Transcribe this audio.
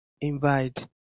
invite